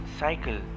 cycle